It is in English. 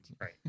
right